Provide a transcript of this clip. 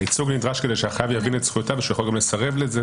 הייצוג נדרש כדי שהחייב יבין את זכויותיו ויוכל גם לסרב לזה.